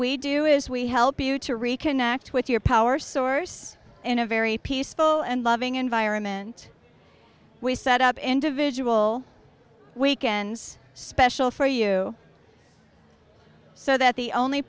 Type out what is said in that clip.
we do is we help you to reconnect with your power source in a very peaceful and loving environment we set up individual weekends special for you so that the only